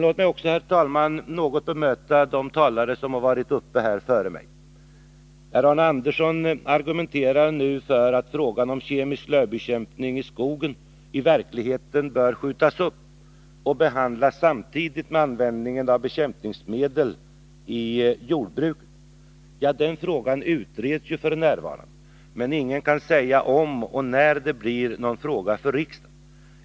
Låt mig också, herr talman, något bemöta de talare som varit uppe i debatten före mig. Arne Andersson argumenterar för att frågan om kemisk lövslybekämpning i skogen i verkligheten bör skjutas upp och behandlas samtidigt med frågan om användning av bekämpningsmedel i jordbruket. Den frågan utreds f. n., men ingen kan säga om och när det blir någon fråga för riksdagen.